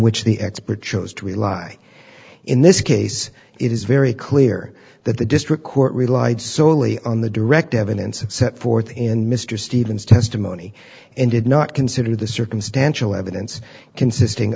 which the expert chose to rely in this case it is very clear that the district court relied solely on the direct evidence and set forth in mr stevens testimony and did not consider the circumstantial evidence consisting